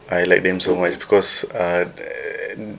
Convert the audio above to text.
I like them so much because uh